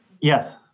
Yes